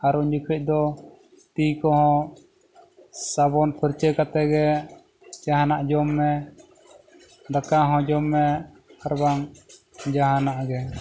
ᱟᱨ ᱩᱱ ᱡᱚᱠᱷᱚᱱ ᱫᱚ ᱛᱤ ᱠᱚᱦᱚᱸ ᱥᱟᱵᱚᱱ ᱯᱷᱟᱨᱪᱟ ᱠᱟᱛᱮ ᱜᱮ ᱡᱟᱦᱟᱱᱟᱜ ᱡᱚᱢ ᱢᱮ ᱫᱟᱠᱟ ᱦᱚᱸ ᱡᱚᱢ ᱢᱮ ᱟᱨ ᱵᱟᱝ ᱡᱟᱦᱟᱱᱟᱜ ᱜᱮ